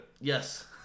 Yes